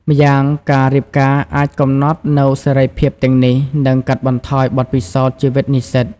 ម្យ៉ាងការរៀបការអាចកំណត់នូវសេរីភាពទាំងនេះ និងកាត់បន្ថយបទពិសោធន៍ជីវិតនិស្សិត។